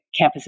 campuses